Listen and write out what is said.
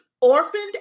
Orphaned